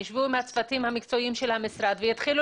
ישבו עם הצוותים המקצועיים של המשרד ויתחילו